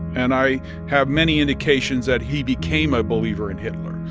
and i have many indications that he became a believer in hitler.